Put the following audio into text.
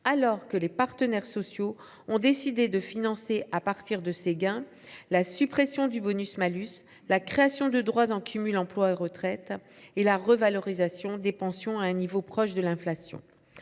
alors que les partenaires sociaux ont décidé de financer à partir de ces gains la suppression du bonus malus, la création de droits au titre du dispositif de cumul emploi retraite et la revalorisation des pensions à un niveau proche de l’inflation.